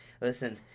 listen